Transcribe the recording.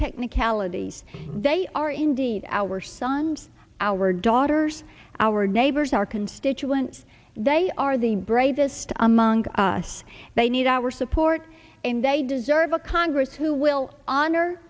technicalities they are indeed our sons our daughters our neighbors our constituents they are the bravest among us they need our support and they deserve a congress who will honor